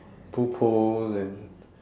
two poles and